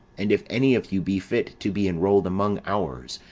and if any of you be fit to be enrolled among ours,